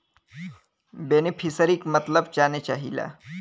बेनिफिसरीक मतलब जाने चाहीला?